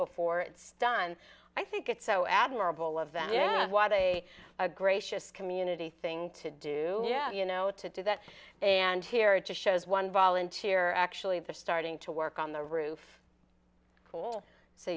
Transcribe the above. before it's done i think it's so admirable of them you know why they are a gracious community thing to do you know to do that and here it just shows one volunteer actually they're starting to work on the roof